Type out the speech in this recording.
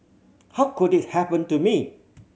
how could it happen to me